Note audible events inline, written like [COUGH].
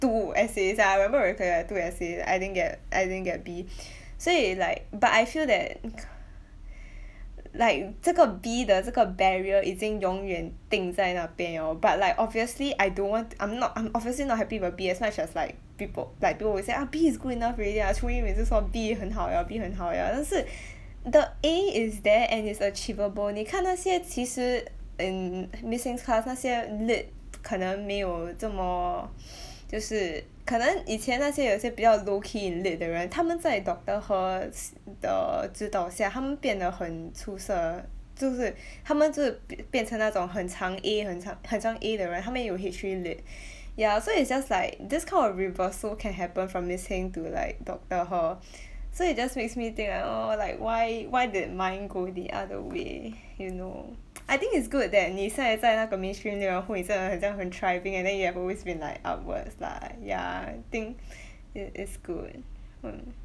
two essays ya I remember very clearly I had two essay I didn't get I didn't get B [BREATH] 所以 like but I feel that [NOISE] [BREATH] [NOISE] like 这个 B 的这个 barrier 已经永远定在那边 oh but like obviously I don't want t~ I'm not I'm obviously not happy with a B as much as like people like people will say ah B is good enough already ah 每次说 B 很好了 B 很好了但是 [BREATH] the A is there and it's achievable 你看那些其实 in miss Heng's class 那些 lit 可能没有这么 [BREATH] 就是可能以前那些有些比较 low-key in lit 的人他们在 doctor Herr's 的指导下他们变得很出色就是他们就变成那种很常 A 很常很常 A 的人他们有 H three lit [BREATH] ya so it's just like this kind of reversal can happen from miss Heng to doctor Herr [BREATH] so it just makes me think like oh like why why did mine go the other way [BREATH] you know [NOISE] I think it's good that 你是还在那个 mainstream 内然后你再来很像很 thriving and then you have always been like upwards lah ya I think [BREATH] it is good [BREATH] mm